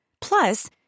Plus